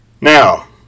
Now